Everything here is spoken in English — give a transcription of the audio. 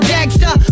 Dexter